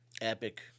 epic